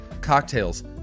Cocktails